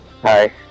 Hi